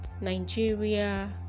nigeria